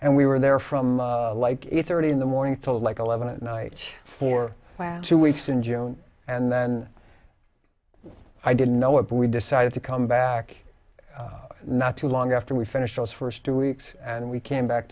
and we were there from like eight thirty in the morning to like eleven at night for two weeks in june and then i didn't know what we decided to come back not too long after we finish those first two weeks and we came back